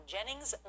Jennings